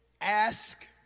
Ask